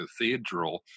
cathedral